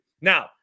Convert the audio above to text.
Now